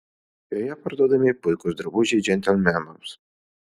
joje parduodami puikūs drabužiai džentelmenams